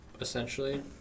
essentially